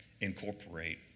incorporate